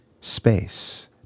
space